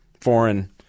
foreign